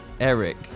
Eric